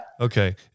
Okay